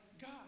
God